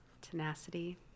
Tenacity